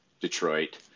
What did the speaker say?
Detroit